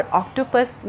octopus